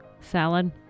salad